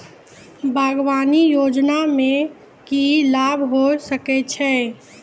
बागवानी योजना मे की लाभ होय सके छै?